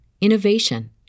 innovation